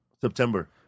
September